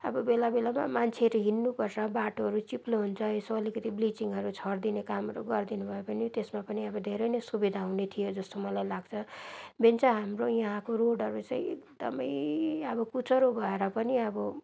अब बेला बेलामा मान्छेहरू हिँड्नु पर्छ बाटोहरू चिप्लो हुन्छ यसो अलिकति ब्लिचिङहरू छरिदिने कामहरू गरिदिनु भयो भने त्यसमा पनि अब धेरै नै सुविधा हुने थियो जस्तो मलाई लाग्छ मेन चाहिँ हाम्रो यहाँको रोडहरू चाहिँ एकदम अब कुचुरो भएर पनि अब